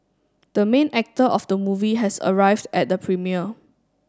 the main actor of the movie has arrived at the premiere